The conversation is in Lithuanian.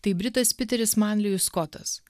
tai britas piteris manliju skotas